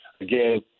Again